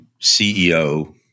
CEO